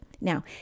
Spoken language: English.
Now